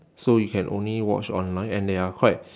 so you can only watch online and they are quite